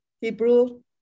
Hebrew